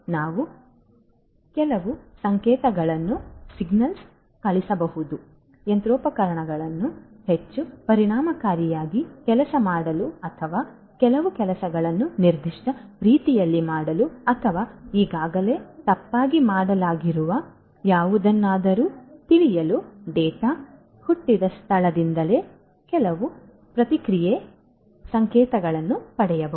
ನಾವು ಕೆಲವು ಸಂಕೇತಗಳನ್ನು ಕಳುಹಿಸಬಹುದು ಯಂತ್ರೋಪಕರಣವನ್ನು ಹೆಚ್ಚು ಪರಿಣಾಮಕಾರಿಯಾಗಿ ಕೆಲಸ ಮಾಡಲು ಅಥವಾ ಕೆಲವು ಕೆಲಸಗಳನ್ನು ನಿರ್ದಿಷ್ಟ ರೀತಿಯಲ್ಲಿ ಮಾಡಲು ಅಥವಾ ಈಗಾಗಲೇ ತಪ್ಪಾಗಿ ಮಾಡಲಾಗಿರುವ ಯಾವುದನ್ನಾದರೂ ತಿಳಿಯಲು ಡೇಟಾ ಹುಟ್ಟಿದ ಸ್ಥಳದಿಂದ ಕೆಲವು ಪ್ರತಿಕ್ರಿಯೆ ಸಂಕೇತಗಳನ್ನು ಪಡೆಯಬಹುದು